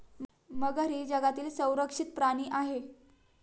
मगर ही जगातील संरक्षित प्राणी आहे